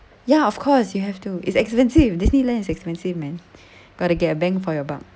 ya of course you have to it's expensive disneyland is expensive man gotta get a bang for your buck